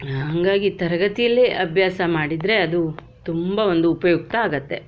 ಹಾಗಾಗಿ ತರಗತಿಯಲ್ಲೇ ಅಭ್ಯಾಸ ಮಾಡಿದರೆ ಅದು ತುಂಬ ಒಂದು ಉಪಯುಕ್ತ ಆಗುತ್ತೆ